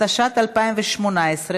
התשע"ט 2018,